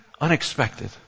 unexpected